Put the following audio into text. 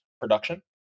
production